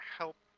help